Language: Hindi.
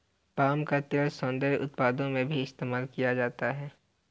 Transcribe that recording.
पाम का तेल सौन्दर्य उत्पादों में भी इस्तेमाल किया जाता है